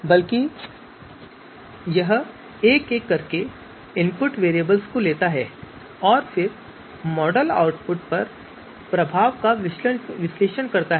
बल्कि यह एक एक करके इनपुट वेरिएबल्स को लेता है और फिर मॉडल आउटपुट पर प्रभाव का विश्लेषण करता है